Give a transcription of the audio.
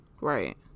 Right